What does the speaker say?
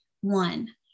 One